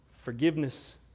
Forgiveness